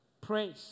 praise